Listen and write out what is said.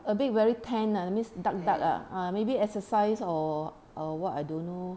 a bit very tan ah that means dark dark ah maybe exercise or or what I don't know